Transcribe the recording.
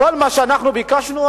כל מה שאנחנו ביקשנו,